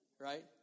Right